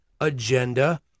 agenda